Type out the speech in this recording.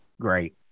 great